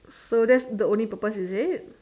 so that's the only purpose is it